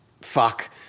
fuck